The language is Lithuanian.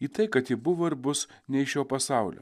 į tai kad ji buvo ir bus ne iš šio pasaulio